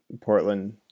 Portland